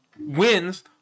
Wins